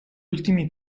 ultimi